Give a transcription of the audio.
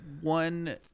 one